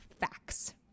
facts